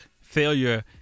failure